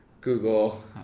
Google